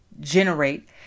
generate